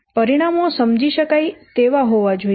પરિણામો સમજી શકાય તેવા હોવા જોઈએ